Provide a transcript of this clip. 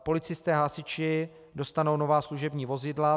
Policisté, hasiči dostanou nová služební vozidla.